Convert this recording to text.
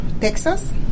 Texas